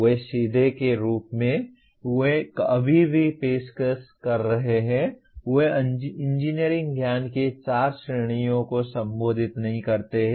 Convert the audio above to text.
वे सीधे के रूप में वे अभी की पेशकश कर रहे हैं वे इंजीनियरिंग ज्ञान की चार श्रेणियों को संबोधित नहीं करते हैं